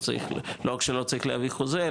לא רק שלא צריך להביא חוזה,